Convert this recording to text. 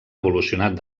evolucionat